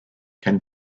can